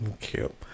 cute